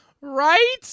Right